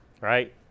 right